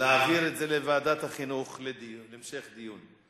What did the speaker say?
להעביר את זה לוועדת החינוך להמשך דיון.